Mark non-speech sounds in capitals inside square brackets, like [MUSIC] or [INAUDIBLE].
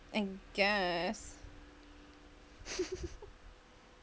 I guess [LAUGHS]